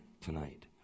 tonight